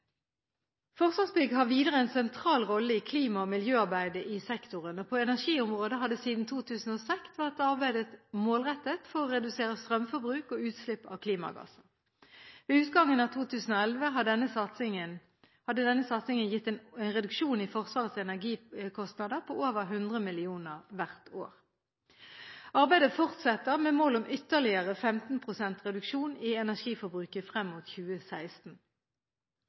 Forsvarsbygg har videre en sentral rolle i klima- og miljøarbeidet i sektoren. På energiområdet har det siden 2006 vært arbeidet målrettet for å redusere strømforbruk og utslipp av klimagasser. Ved utgangen av 2011 hadde denne satsingen gitt en reduksjon i Forsvarets energikostnader på over 100 mill. kr hvert år. Arbeidet fortsetter med mål om ytterligere 15 pst. reduksjon i energiforbruket frem mot 2016.